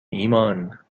ایمان